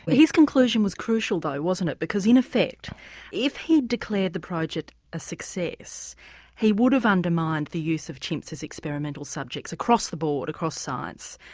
but his conclusion was crucial though wasn't it, because in effect if he'd declared the project a success he would have undermined the use of chimps as experimental subjects across the board, across science,